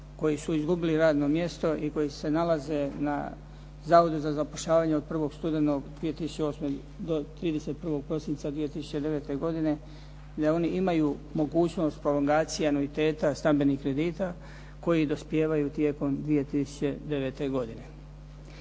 koji su izgubili radno mjesto i koji se nalaze na Zavodu za zapošljavanje od 1. studenog 2008. do 31. prosinca 2009. godine, da oni imaju mogućnost prolongacije anuiteta stambenih kredita koji dospijevaju tijekom 2009. godine.